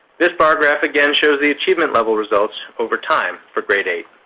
this bar graph, again, shows the achievement level results over time for grade eight.